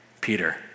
Peter